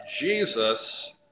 Jesus